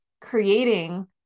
creating